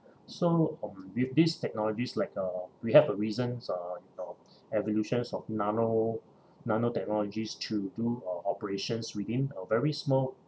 so with this technologies like uh we have a recent uh you know evolutions of nano nanotechnologies true to do uh operations within a very small